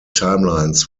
timelines